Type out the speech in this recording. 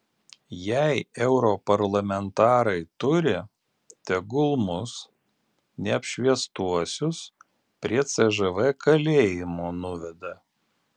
jei europarlamentarai turi tegul mus neapšviestuosius prie cžv kalėjimo nuveda